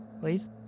Please